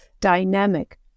dynamic